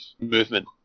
movement